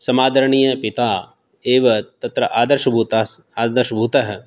समादरणीःय पिता एव तत्र आदर्शभूतस् आदर्शभूतः